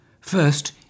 First